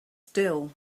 still